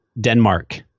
Denmark